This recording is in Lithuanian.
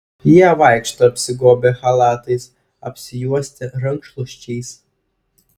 jie vaikšto apsigobę chalatais apsijuosę rankšluosčiais